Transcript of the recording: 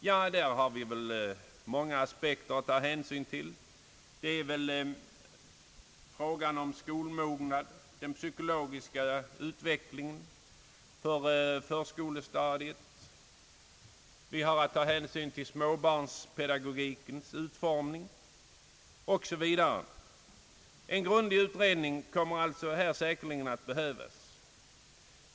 Ja, därvidlag har vi många aspekter att ta hänsyn till — skolmognaden, barnens psykologiska utveckling under förskolestadiet, småbarnspedagogikens utformning osv. En grundlig utredning kommer säkerligen att behövas i dessa avseenden.